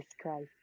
Christ